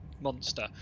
monster